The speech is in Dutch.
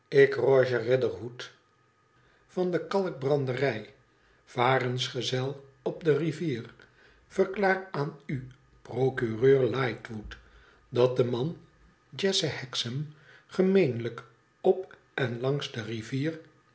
ik rogerriderhood van de kalkbranderij varensgezel op de rivier verklaar aan u procureur lightwoo dat de man jesse hexam gemeenlijk op en langs de rivier